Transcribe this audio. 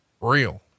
real